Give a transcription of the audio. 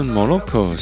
Morocco